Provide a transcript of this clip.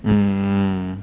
mmhmm